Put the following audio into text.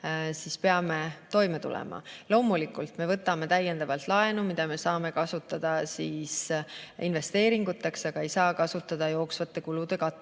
me peame toime tulema. Loomulikult, me võtame täiendavalt laenu, mida me saame kasutada investeeringuteks, aga seda ei saa kasutada jooksvate kulude katmiseks.